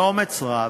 באומץ רב,